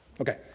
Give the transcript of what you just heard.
Okay